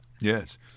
Yes